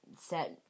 set